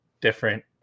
different